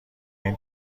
این